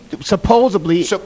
supposedly